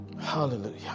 Hallelujah